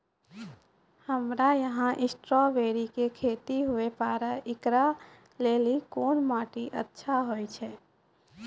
हमरा यहाँ स्ट्राबेरी के खेती हुए पारे, इकरा लेली कोन माटी अच्छा होय छै?